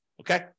okay